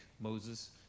Moses